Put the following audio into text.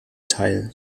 teil